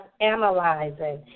analyzing